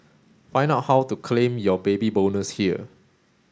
find out how to claim your Baby Bonus here